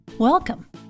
Welcome